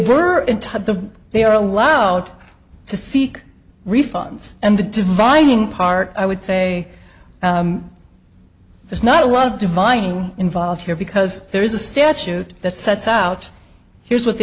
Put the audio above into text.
the they are allowed to seek refunds and the defining part i would say there's not a lot of dividing involved here because there is a statute that sets out here's what the